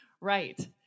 Right